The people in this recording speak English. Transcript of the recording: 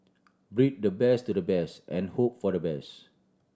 breed the best to the best and hope for the best